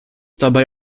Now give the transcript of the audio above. dabei